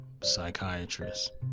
psychiatrist